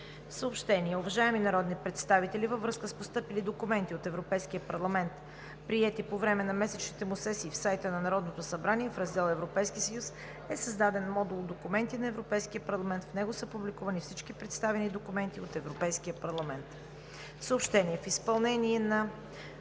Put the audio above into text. Съобщения: Уважаеми народни представители, във връзка с постъпили документи от Европейския парламент, приети по време на месечните му сесии, в сайта на Народното събрание в Раздел „Европейски съюз“ е създаден модул от документи на Европейския парламент. В него са публикувани всички представени документи от Европейския парламент. В изпълнение на